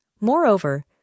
Moreover